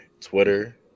Twitter